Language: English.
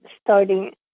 starting